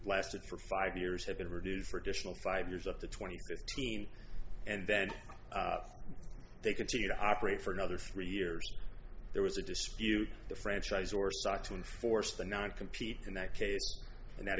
lasted for five years have been reduced for additional five years up to twenty teams and then they continue to operate for another three years there was a dispute the franchise or start to enforce the not compete connect case and that